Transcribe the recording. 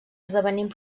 esdevenint